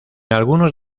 algunos